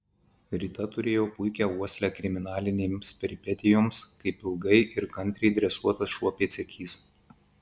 rita turėjo puikią uoslę kriminalinėms peripetijoms kaip ilgai ir kantriai dresuotas šuo pėdsekys